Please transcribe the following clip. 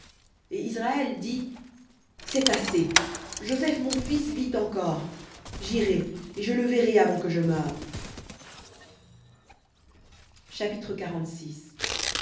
et israël dit c'est assez joseph mon fils vit encore j'irai et je le verrai avant que je meure chapitre